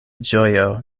ĝojo